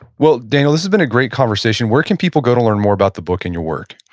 well, daniel, this has been a great conversation. where can people go to learn more about the book and your work?